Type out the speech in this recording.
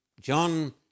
John